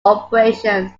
operations